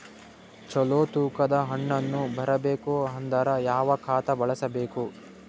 ಚಲೋ ತೂಕ ದ ಹಣ್ಣನ್ನು ಬರಬೇಕು ಅಂದರ ಯಾವ ಖಾತಾ ಬಳಸಬೇಕು?